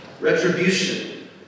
Retribution